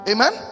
Amen